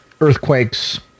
earthquakes